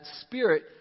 spirit